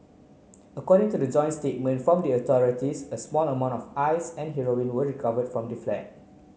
according to the joint statement from the authorities a small amount of ice and heroin were recovered from the flat